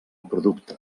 producte